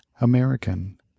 American